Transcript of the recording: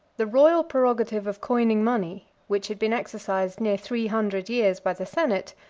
the royal prerogative of coining money, which had been exercised near three hundred years by the senate,